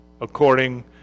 according